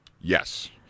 Yes